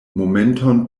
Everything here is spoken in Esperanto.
momenton